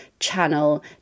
channel